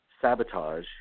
Sabotage